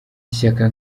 ishyaka